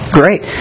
great